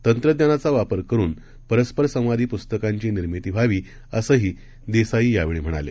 तंत्रज्ञानाचावापरकरुनपरस्परसंवादीपुस्तकांचीनिर्मीतीव्हावी असंहीदेसाईयावेळीम्हणाले